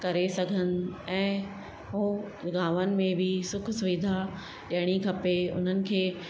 करे सघनि ऐं हू गांवनि में बि सुख सुविधा ॾियणी खपे उन्हनि खे